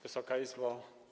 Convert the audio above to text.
Wysoka Izbo!